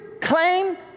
claim